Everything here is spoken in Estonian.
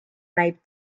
näib